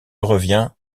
revient